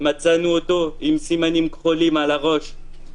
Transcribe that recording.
מצאנו אותו עם סימנים כחולים על הראש.